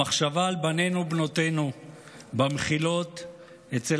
המחשבה על בנינו ובנותינו במחילות אצל